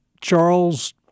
Charles